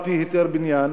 על-פי היתר בנייה,